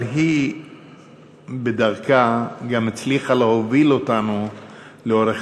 אבל היא בדרכה גם הצליחה להוביל אותנו לאורך